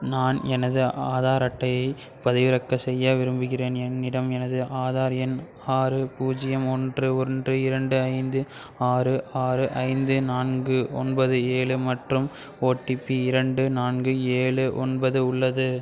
நான் எனது ஆதார் அட்டையை பதிவிறக்கம் செய்ய விரும்புகிறேன் என்னிடம் எனது ஆதார் எண் ஆறு பூஜ்ஜியம் ஒன்று ஒன்று இரண்டு ஐந்து ஆறு ஆறு ஐந்து நான்கு ஒன்பது ஏழு மற்றும் ஓடிபி இரண்டு நான்கு ஏழு ஒன்பது உள்ளது